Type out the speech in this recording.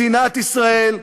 מדינת ישראל,